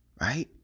right